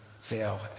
fail